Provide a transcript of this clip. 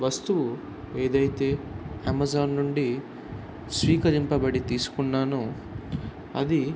వస్తువు ఏదైతే అమెజాన్ నుండి స్వీకరింపబడి తీసుకున్నాను అది